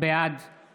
בעד דוד